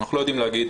אנחנו לא יודעים להגיד